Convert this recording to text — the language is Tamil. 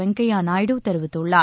வெங்கையா நாயுடு தெரிவித்துள்ளார்